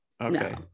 Okay